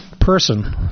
person